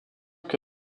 que